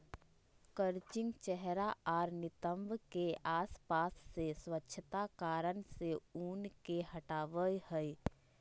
crutching चेहरा आर नितंब के आसपास से स्वच्छता कारण से ऊन के हटावय हइ